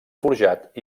forjat